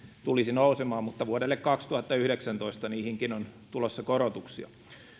tulisi nousemaan mutta vuodelle kaksituhattayhdeksäntoista niihinkin on tulossa korotuksia